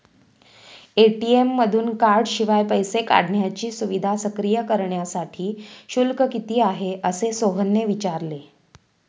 ATM मधून कार्डशिवाय पैसे काढण्याची सुविधा सक्रिय करण्यासाठी शुल्क किती आहे, असे सोहनने विचारले